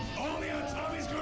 only on tommy's